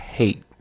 hate